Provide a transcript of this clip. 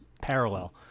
parallel